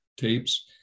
tapes